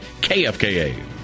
KFKA